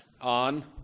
on